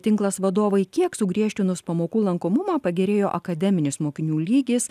tinklas vadovai kiek sugriežtinus pamokų lankomumą pagerėjo akademinis mokinių lygis